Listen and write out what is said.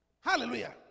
Hallelujah